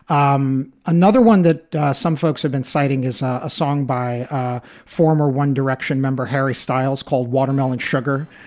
um another one that some folks have been citing is a song by a former one direction member, harry styles, called watermelon sugar,